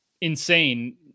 insane